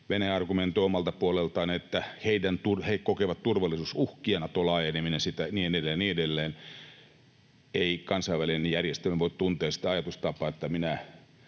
Venäjä argumentoi omalta puoleltaan, että he kokevat turvallisuusuhkia, on Naton laajeneminen ja niin edelleen ja niin edelleen. Ei kansainvälinen järjestelmä voi tuntea sitä ajatustapaa, että minä